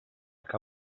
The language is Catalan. que